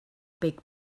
big